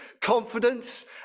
confidence